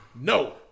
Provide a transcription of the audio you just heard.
No